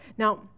Now